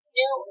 new